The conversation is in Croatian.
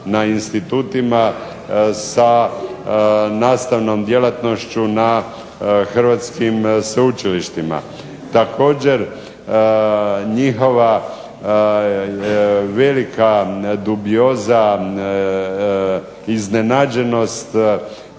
na institutima sa nastavnom djelatnošću na hrvatskim sveučilištima. Također, njihova velika dubioza, iznenađenost